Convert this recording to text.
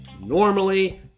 Normally